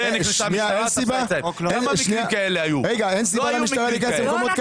אין סיבה למשטרה להיכנס?